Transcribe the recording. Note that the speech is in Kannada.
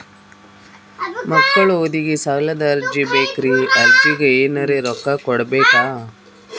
ಮಕ್ಕಳ ಓದಿಗಿ ಸಾಲದ ಅರ್ಜಿ ಬೇಕ್ರಿ ಅರ್ಜಿಗ ಎನರೆ ರೊಕ್ಕ ಕೊಡಬೇಕಾ?